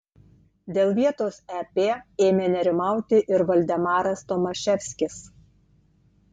dėl vietos ep ėmė nerimauti ir valdemaras tomaševskis